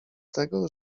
tego